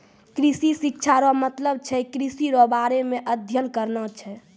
कृषि शिक्षा रो मतलब छै कृषि रो बारे मे अध्ययन करना छै